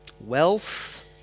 wealth